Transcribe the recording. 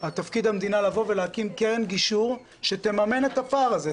תפקיד המדינה להקים קרן גישור שתממן את הפער הזה,